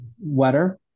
wetter